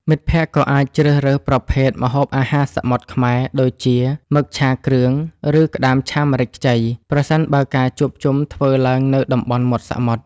មិត្តភក្តិក៏អាចជ្រើសរើសប្រភេទ ម្ហូបអាហារសមុទ្រខ្មែរ ដូចជា មឹកឆាគ្រឿង ឬក្តាមឆាម្រេចខ្ចី ប្រសិនបើការជួបជុំធ្វើឡើងនៅតំបន់មាត់សមុទ្រ។